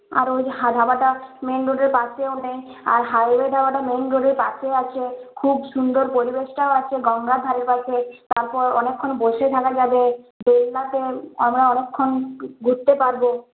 কারণ ধাবাটা মেইন রোডের পাশেও নেই আর হাইওয়ে ধাবাটা মেইন রোডের পাশে আছে খুব সুন্দর পরিবেশটাও আছে গঙ্গার ধারের পাশে তারপর অনেকক্ষণ বসে থাকা যাবে দোলনাতে আমরা অনেকক্ষণ ঘুরতে পারব